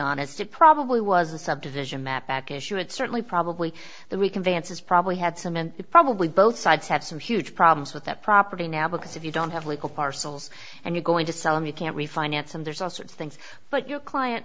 honest it probably was a subdivision map back issue and certainly probably the rican vance's probably had some and probably both sides have some huge problems with that property now because if you don't have legal parcels and you're going to sell them you can't refinance them there's all sorts of things but your client